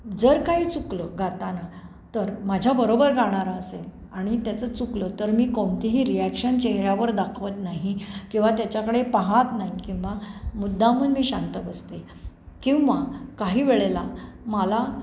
जर काही चुकलं गाताना तर माझ्याबरोबर गाणारा असेल आणि त्याचं चुकलं तर मी कोणतीही रिॲक्शन चेहऱ्यावर दाखवत नाही किंवा त्याच्याकडे पाहत नाही किंवा मुद्दामहून मी शांत बसते किंवा काही वेळेला मला